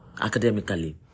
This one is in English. academically